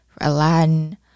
Aladdin